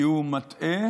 כי הוא מטעה,